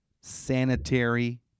sanitary